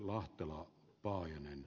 arvoisa puhemies